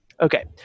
Okay